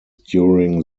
during